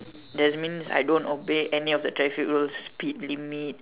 that means I don't obey any of the traffic rules speed limit